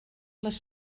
les